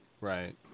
Right